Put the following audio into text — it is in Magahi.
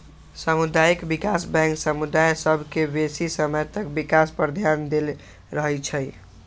सामुदायिक विकास बैंक समुदाय सभ के बेशी समय तक विकास पर ध्यान देले रहइ छइ